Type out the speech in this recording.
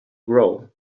grow